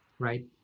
Right